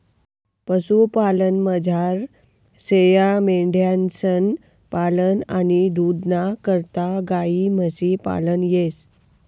पशुपालनमझार शेयामेंढ्यांसनं पालन आणि दूधना करता गायी म्हशी पालन येस